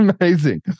amazing